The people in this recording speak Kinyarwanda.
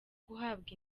guhabwa